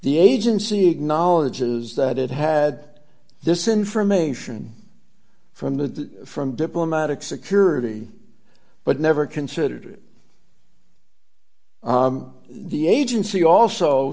the agency acknowledges that it had this information from the from diplomatic security but never considered it the agency also